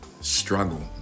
struggle